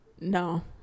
No